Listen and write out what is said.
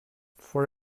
for